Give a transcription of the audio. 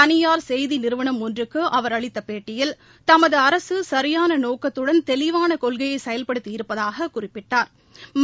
தளியார் சுப்தி நிறுவனம் ஒன்றுக்கு அவர் அளித்த பேட்டியில் தமது அரசு சரியாள நோக்கத்துடன் தெளிவான கொள்கையை செயல்படுத்தியிருப்பதாக குறிப்பிட்டாா்